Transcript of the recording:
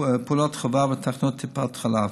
פעולת חובה בתחנות טיפת חלב.